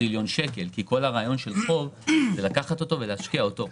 כל הרעיון של חוב זה לקחת ולהשקיע אותו.